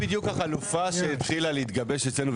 זו בדיוק החלופה שהתחילה להתגבש אצלנו.